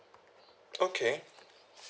okay